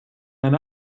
eine